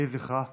יהי זכרה ברוך.